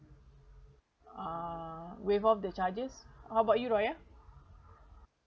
uh waive off the charges how about you raya